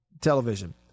television